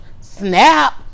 snap